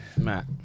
Matt